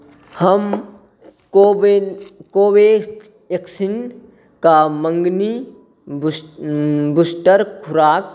हम कोवे कोवेवेक्सिन कऽ मँगनी बूस्टर खुराक